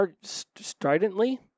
stridently